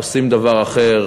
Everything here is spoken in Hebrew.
עושים דבר אחר,